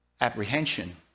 apprehension